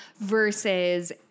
versus